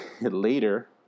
Later